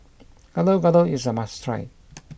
Gado Gado is a must try